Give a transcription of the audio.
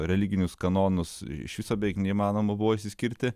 religinius kanonus iš viso beveik neįmanoma buvo išsiskirti